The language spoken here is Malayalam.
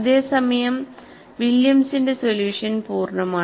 അതേസമയം വില്യംസിന്റെ സൊല്യൂഷൻ പൂർണമാണ്